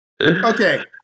Okay